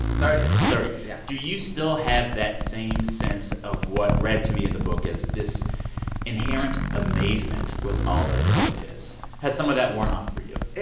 thirty thirty yeah do you still have that same sense of what read to me in the book as this inherent amazement with all that america is? has some of that worn off for you?